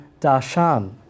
darshan